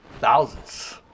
thousands